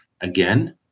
again